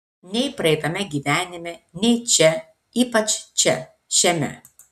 nei praeitame gyvenime nei čia ypač čia šiame